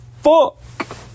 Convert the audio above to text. fuck